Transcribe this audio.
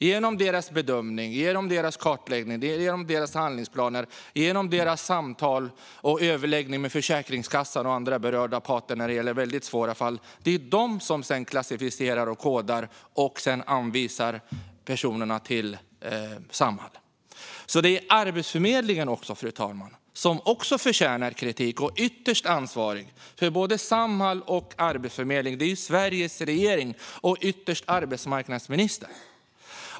Arbetsförmedlingen bedömer, kartlägger, för handlingsplaner, för samtal och har överläggningar med Försäkringskassan och andra berörda parter i svåra fall, och därefter klassificerar, kodar och anvisar personerna till Samhall. Arbetsförmedlingen förtjänar också kritik, men ansvarig för Samhall och Arbetsförmedlingen är Sveriges regering och ytterst arbetsmarknadsministern.